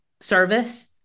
service